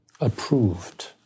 approved